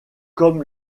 comme